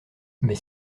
mais